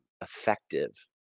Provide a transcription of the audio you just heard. effective